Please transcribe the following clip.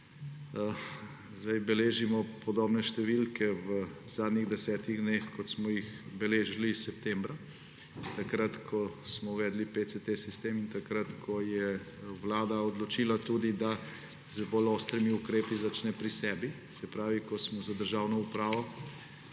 Beležimo podobne številke v zadnjih desetih dneh, kot smo jih beležili septembra, ko smo uvedli sistem PCT in ko je vlada tudi odločila, da z bolj ostrimi ukrepi začne pri sebi, se pravi, ko smo za državno upravo